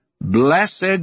Blessed